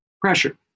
pressure